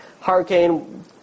Hurricane